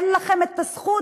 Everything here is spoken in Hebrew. אין לכם זכות,